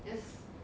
oh